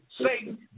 Satan